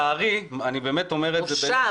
אני באמת אומר את זה -- בושה,